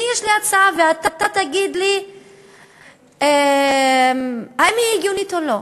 יש לי הצעה, ואתה תגיד לי אם היא הגיונית או לא: